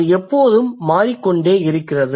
அது எப்போதும் மாறிக்கொண்டே இருக்கிறது